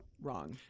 wrong